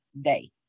day